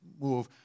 move